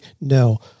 No